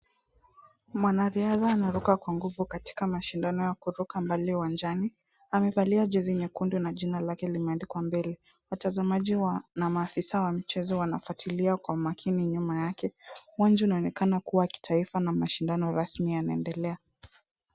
Mwanariadha anaruka kwa nguvu katika mashindano ya kuruka mbali uwanjani. Amevalia jezi nyekundu na jina lake limeandikwa mbele. Watazamaji na maafisa wa mchezo wanafuatilia kwa makini nyuma yake. Uwanja unaonekana kuwa wa kitaifa na mashindano rasmi yanaendelea.